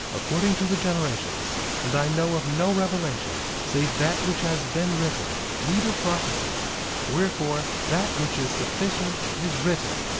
according to the generations and i know of no revelation save that which has been written, neither prophecy wherefore, that which is sufficient is written.